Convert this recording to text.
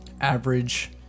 average